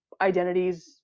identities